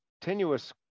tenuous